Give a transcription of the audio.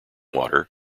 water